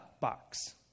box